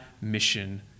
mission